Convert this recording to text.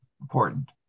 important